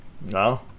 No